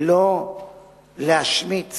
לא להשמיץ